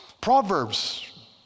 Proverbs